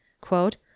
quote